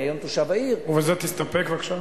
אני היום תושב העיר --- בזה תסתפק בבקשה.